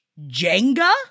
jenga